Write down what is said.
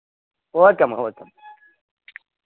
okay అమ్మా okay అమ్మా